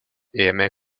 ėmė